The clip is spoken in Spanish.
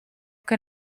que